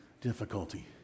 difficulty